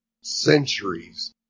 centuries